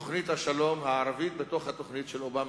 בתוכנית השלום הערבית בתוך התוכנית של אובמה,